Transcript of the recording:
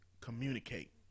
communicate